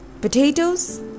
Potatoes